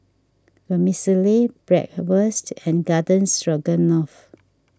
Vermicelli Bratwurst and Garden Stroganoff